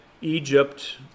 Egypt